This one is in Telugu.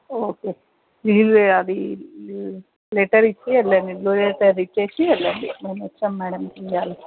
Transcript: ఓకే లీవ్ అది లెటర్ ఇచ్చి వెళ్ళండి లీవ్ లెటర్ ఇచ్చి వెళ్ళండి మా హెచ్ఎం మ్యాడమ్కి ఇవ్వాలి